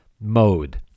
mode